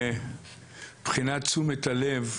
מבחינת תשומת הלב,